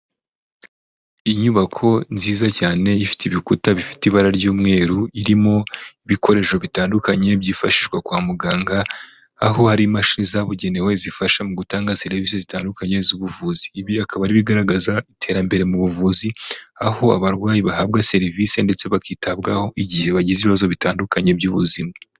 Inyubako nziza cyane, ifite ibikuta bifite ibara ry'umweru, irimo ibikoresho bitandukanye byifashishwa kwa muganga, aho hari imashini zabugenewe, zifasha mu gutanga serivise zitandukanye z'ubuvuzi, ibi akaba ari ibigaragaza iterambere mu buvuzi, aho abarwayi bahabwa serivisi ndetse bakitabwaho igihe bagize ibibazo bitandukanye by'ubuzima.